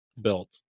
built